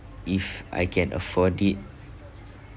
if I can afford it